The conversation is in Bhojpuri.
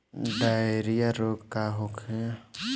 डायरिया रोग का होखे?